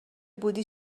بودی